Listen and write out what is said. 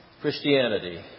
Christianity